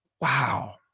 wow